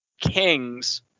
kings